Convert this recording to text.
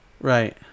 Right